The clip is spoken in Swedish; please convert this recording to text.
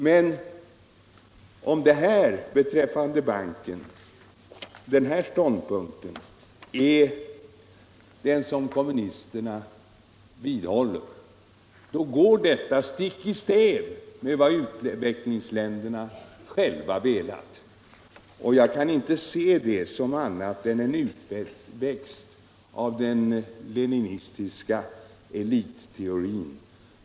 Den ståndpunkten beträffande Världsbanken går emellertid stick i stäv med vad u-länderna själva har velat. Jag kan inte se vpk:s ståndpunkt som annat än en utväxt av den Ieninistiska elitteorin.